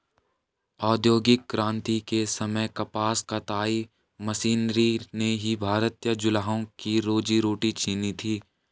औद्योगिक क्रांति के समय कपास कताई मशीनरी ने ही भारतीय जुलाहों की रोजी रोटी छिनी थी